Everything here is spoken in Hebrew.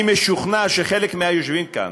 אני משוכנע שחלק מהיושבים כאן,